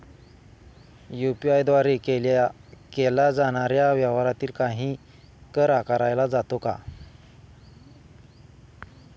UPI द्वारे केल्या जाणाऱ्या व्यवहारावरती काही कर आकारला जातो का?